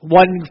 one